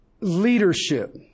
Leadership